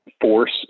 force